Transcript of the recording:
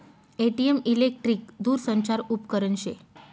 ATM electric दूरसंचार उपकरन शे